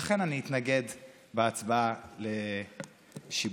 לכן אני אתנגד בהצבעה לשיבוט.